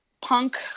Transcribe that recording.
punk